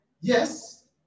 Yes